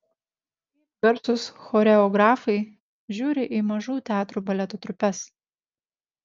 kaip garsūs choreografai žiūri į mažų teatrų baleto trupes